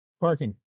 parking